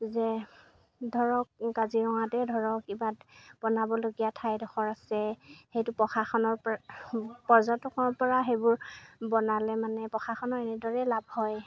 যে ধৰক কাজিৰঙাতে ধৰক কিবা বনাবলগীয়া ঠাই এডোখৰ আছে সেইটো প্ৰশাসনৰ পৰা পৰ্যটকৰ পৰা সেইবোৰ বনালে মানে প্ৰশাসনৰ এনেদৰে লাভ হয়